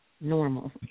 normal